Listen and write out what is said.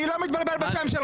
אני לא מתבלבל בשם שלך